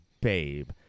babe